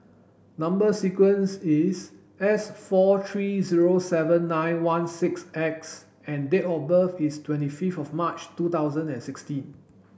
number sequence is S four three zero seven nine one six X and date of birth is twenty fifth of March two thousand and sixteen